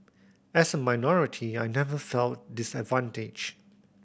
as a minority I never felt disadvantaged